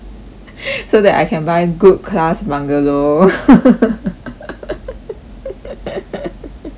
so that I can buy good class bungalow